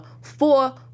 Four